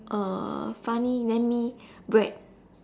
uh funny let me bread